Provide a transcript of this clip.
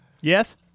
Yes